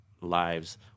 lives